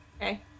Okay